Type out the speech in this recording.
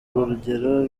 rugero